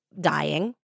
dying